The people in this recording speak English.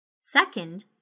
Second